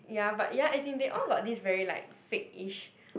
ya but ya as in they all got this very like fakeish